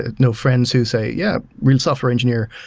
ah no friends who say, yeah, real software engineer,